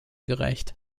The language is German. gereicht